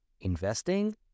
investing